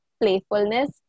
playfulness